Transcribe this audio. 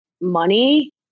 money